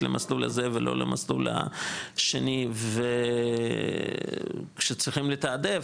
למסלול הזה ולא למסלול השני וכשצריכים לתעדף,